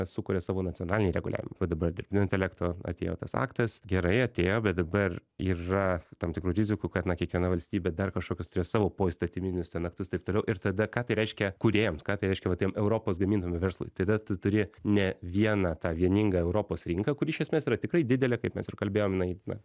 sukuria savo nacionalinį reguliavimą va dabar dirbtinio intelekto atėjo tas aktas gerai atėjo bet dabar yra tam tikrų rizikų kad na kiekviena valstybė dar kažkokius turės savo poįstatyminius ten aktus taip toliau ir tada ką tai reiškia kūrėjams ką tai reiškia va tiem europos gamintojam ar verslui tada tu turi ne vieną tą vieningą europos rinką kuri iš esmės yra tikrai didelė kaip mes ir kalbėjom na